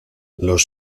los